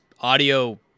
audio